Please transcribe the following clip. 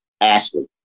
Ashley